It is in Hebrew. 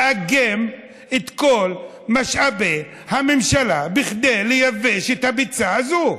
לאגם את כל משאבי הממשלה כדי לייבש את הביצה הזאת?